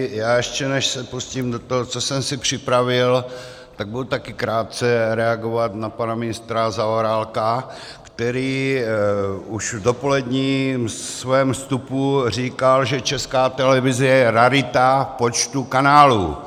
Já ještě než se pustím do toho, co jsem si připravil, tak budu taky krátce reagovat na pana ministra Zaorálka, který už ve svém dopoledním vstupu říkal, že Česká televize je rarita v počtu kanálů.